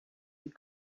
and